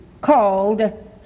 called